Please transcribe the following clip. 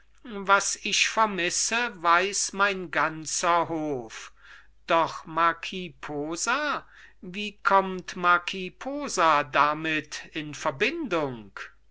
was ich vermisse weiß mein ganzer hof doch marquis posa wie kommt marquis posa damit in verbindung